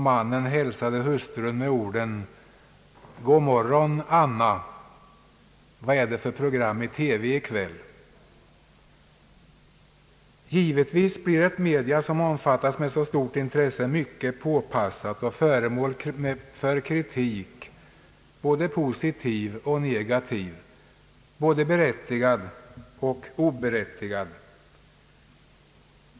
Mannen hälsade hustrun med orden: »God morgon, Anna, vad är det för program i TV i kväll?» Givetvis blir ett medium som omfattas med så stort intresse mycket påpassat och föremål för kritik — både positiv och negativ, både berättigad och oberättigad.